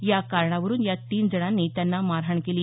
या कारणावरून या तीन जणांनी त्यांना मारहाण केली